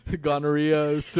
gonorrhea